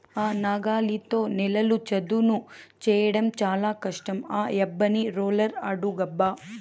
ఆ నాగలితో నేలను చదును చేయడం చాలా కష్టం ఆ యబ్బని రోలర్ అడుగబ్బా